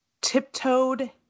tiptoed